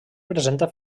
presenta